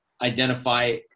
identify